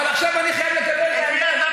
אבל עכשיו אני חייב לקבל את העמדה,